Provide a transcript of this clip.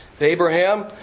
Abraham